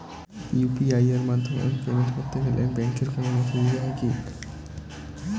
UPI এর মাধ্যমে payment করতে গেলে ব্যাংকের কোন নথি দিতে হয় কি?